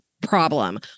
problem